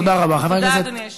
תודה, אדוני היושב-ראש.